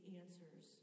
answers